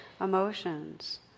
emotions